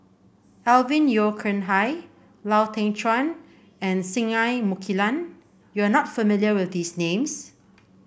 Alvin Yeo Khirn Hai Lau Teng Chuan and Singai Mukilan you are not familiar with these names